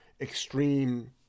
extreme